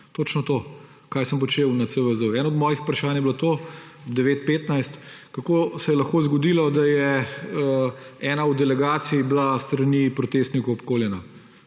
Točno to. Kaj sem počel na CVZ? Eno od mojih vprašanj je bilo to, ob 9.15, kako se je lahko zgodilo, da je bila ena od delegacij s strani protestnikov obkoljena.